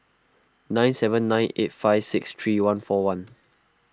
nine seven nine eight five six three one four one